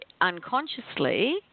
unconsciously